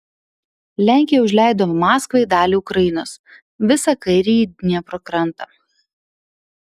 lenkija užleido maskvai dalį ukrainos visą kairįjį dniepro krantą